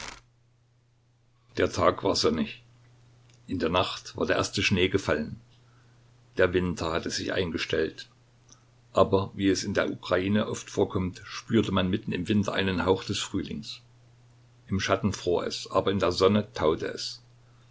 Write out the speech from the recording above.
der tag war sonnig in der nacht war der erste schnee gefallen der winter hatte sich eingestellt aber wie es in der ukraine oft vorkommt spürte man mitten im winter einen hauch des frühlings im schatten fror es aber in der sonne taute es